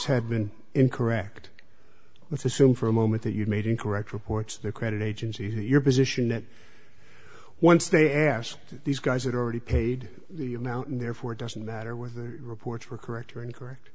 been incorrect let's assume for a moment that you made incorrect reports the credit agencies your position that once they asked these guys had already paid the amount and therefore it doesn't matter whether reports were correct or incorrect